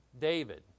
David